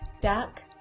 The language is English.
Duck